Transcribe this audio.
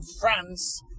France